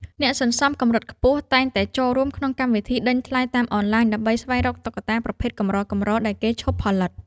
អ្នកសន្សំកម្រិតខ្ពស់តែងតែចូលរួមក្នុងកម្មវិធីដេញថ្លៃតាមអនឡាញ ដើម្បីស្វែងរកតុក្កតាប្រភេទកម្រៗដែលគេឈប់ផលិត។